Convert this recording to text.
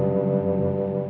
oh